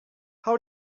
how